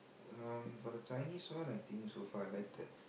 um for the Chinese one I think so far I like the